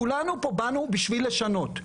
כולנו פה באנו בשביל לשנות,